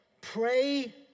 Pray